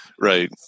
Right